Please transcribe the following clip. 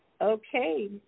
okay